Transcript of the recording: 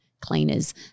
cleaners